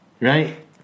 right